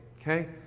Okay